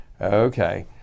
okay